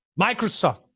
Microsoft